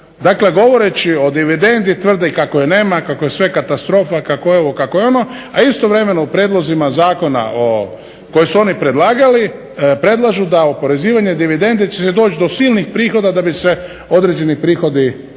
Dakle, govoreći o dividendi tvrde kako je nema, kako je sve katastrofa, kako je ovo, kako je ono, a istovremeno u prijedlozima zakona koji su oni predlagali predlažu da oporezivanjem dividende će doći do silnih prihoda da bi se određeni prihodi mogli